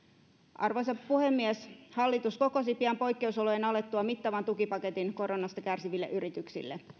arvoisa puhemies hallitus kokosi pian poikkeusolojen alettua mittavan tukipaketin koronasta kärsiville yrityksille